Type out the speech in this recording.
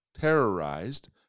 terrorized